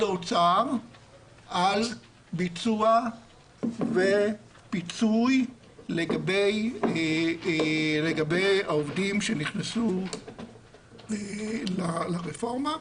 האוצר על ביצוע ופיצוי לגבי העובדים שנכנסו לרפורמה.